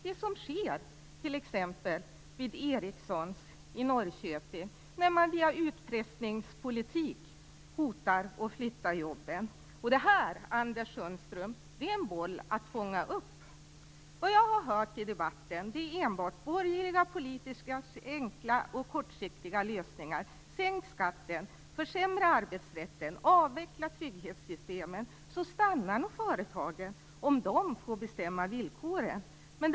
Det är ju vad som sker t.ex. vid Ericsson i Norrköping, när man via utpressningspolitik hotar att flytta jobben. Det här, Anders Sundström, är en boll att fånga upp. Vad jag har hört i debatten är enbart borgerliga politikers enkla och kortsiktiga lösningar: Sänk skatten, försämra arbetsrätten och avveckla trygghetssystemen, så stannar nog företagen om de får bestämma villkoren!